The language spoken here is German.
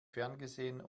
ferngesehen